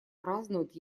празднуют